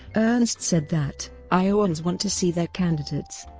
ernst said that iowans want to see their candidates.